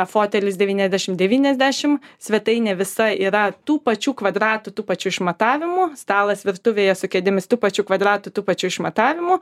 fotelis devyniasdešimt devyniasdešimt svetainė visa yra tų pačių kvadratų tų pačių išmatavimų stalas virtuvėje su kėdėmis tų pačių kvadratų tų pačių išmatavimų